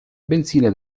benzina